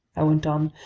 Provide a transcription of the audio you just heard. i went on,